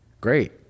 Great